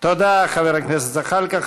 תודה, חבר הכנסת זחאלקה.